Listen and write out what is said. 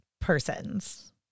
persons